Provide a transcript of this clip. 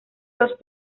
los